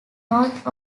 north